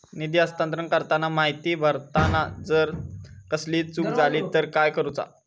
निधी हस्तांतरण करताना माहिती भरताना जर कसलीय चूक जाली तर काय करूचा?